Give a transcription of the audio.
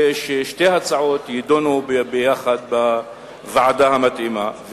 וששתי ההצעות יידונו יחד בוועדה המתאימה,